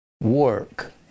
work